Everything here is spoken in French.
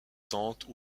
tentes